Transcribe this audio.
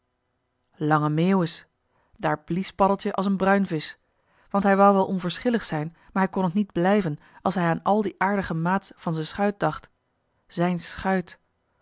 lange meeuwis daar blies paddeltje als een bruinvisch want hij wou wel onverschillig zijn maar hij kon het niet blijven als hij aan al die aardige maats van z'n schuit dacht zijn schuit